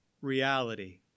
reality